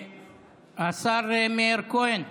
השר מאיר כהן,